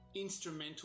instrumental